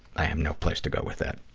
i have no place to go with that.